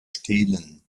stehlen